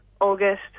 August